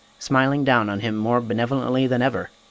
smiling down on him more benevolently than ever,